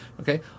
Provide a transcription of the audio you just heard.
Okay